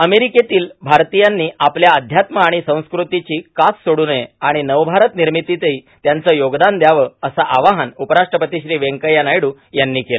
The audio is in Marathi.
अमेरिकेतील भारतीयांनी आपल्या आध्यात्म आणि संस्कृतीची कास सोडू नये आणि नवभारत निर्मितीत त्यांचं योगदान द्यावं असं आवाहन उपराष्ट्रपती श्री व्यंकय्या नायडू यांनी केलं